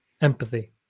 empathy